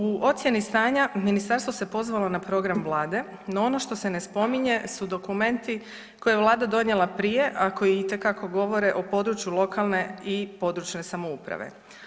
U ocjeni stanja ministarstvo se pozvalo na program Vlade, no ono što se ne spominje su dokumenti koje je Vlada donijela prije, a koji itekako govore o području lokalne i područne samouprave.